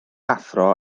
athro